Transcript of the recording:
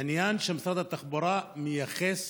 זה עניין שמשרד התחבורה מייחס